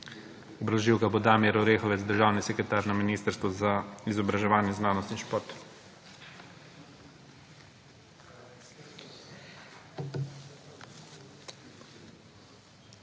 Obrazložil ga bo Damir Orehovec, državni sekretar na Ministrstvu za izobraževanje, znanost in šport.